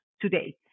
today